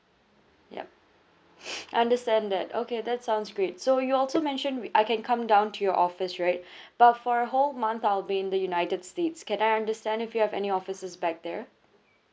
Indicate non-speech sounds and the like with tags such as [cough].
yup [noise] understand that okay that sounds great so you also mentioned I can come down to your office right but for a whole month I'll be in the united states can I understand if you have any offices back there